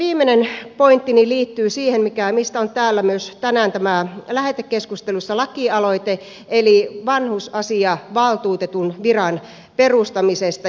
viimeinen pointtini liittyy siihen mistä on täällä tänään myös lähetekeskustelussa lakialoite eli vanhusasiavaltuutetun viran perustamisesta